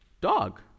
dog